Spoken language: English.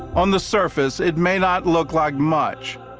on the surface it may not look like much.